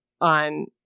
on